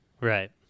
Right